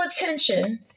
attention